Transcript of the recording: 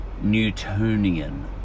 Newtonian